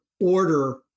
order